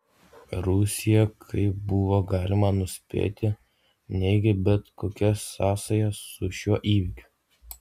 rusija kaip buvo galima nuspėti neigė bet kokias sąsajas su šiuo įvykiu